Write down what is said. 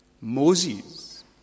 Moses